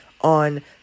On